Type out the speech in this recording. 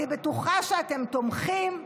אני בטוחה שאתם תומכים,